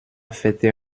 fêter